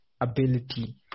ability